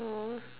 oh